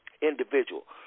Individual